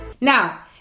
now